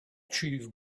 achieve